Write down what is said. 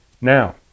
now